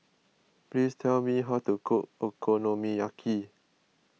please tell me how to cook Okonomiyaki